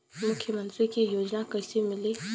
मुख्यमंत्री के योजना कइसे मिली?